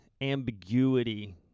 ambiguity